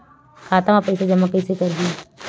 खाता म पईसा जमा कइसे करही?